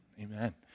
Amen